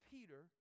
Peter